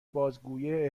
بازگویه